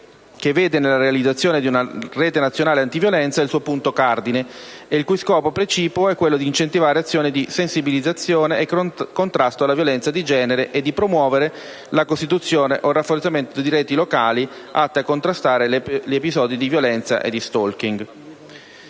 che vede nella realizzazione di una rete nazionale antiviolenza il suo punto cardine e il cui scopo precipuo è di incentivare l'azione di sensibilizzazione e contrasto alla violenza di genere e di promuovere la costituzione o il rafforzamento di reti locali atte a contrastare gli episodi di violenza e di *stalking*.